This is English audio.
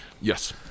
Yes